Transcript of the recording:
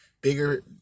bigger